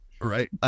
right